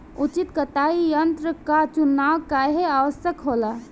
उचित कटाई यंत्र क चुनाव काहें आवश्यक होला?